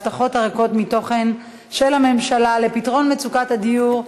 בנושא: ההבטחות הריקות מתוכן של הממשלה לפתרון מצוקת הדיור,